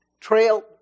trail